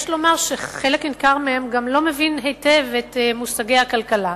יש לומר שחלק ניכר מהם לא מבינים היטב את מושגי הכלכלה.